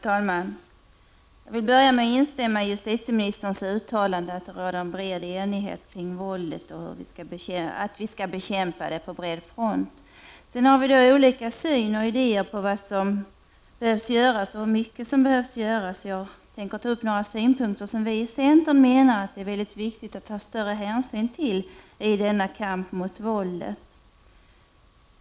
Herr talman! Jag vill börja med att instämma i justitieministerns uttalande att det råder bred enighet om att vi skall bekämpa våldet på bred front. Däremot har vi olika uppfattning om vad som bör göras och hur mycket som behöver göras. Jag tänker ta upp några synpunkter som vi i centern anser att det är viktigt att ta större hänsyn till i denna kamp mot våldet.